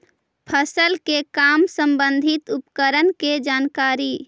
फसल के काम संबंधित उपकरण के जानकारी?